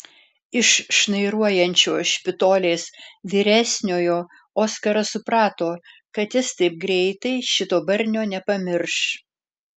iš šnairuojančio špitolės vyresniojo oskaras suprato kad jis taip greitai šito barnio nepamirš